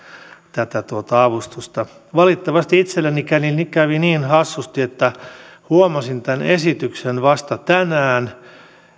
tätä avustusta valitettavasti itselleni kävi niin hassusti että huomasin tämän esityksen vasta tänään